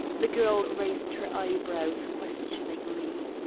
the girl raised her eyebrows questioningly.